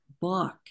book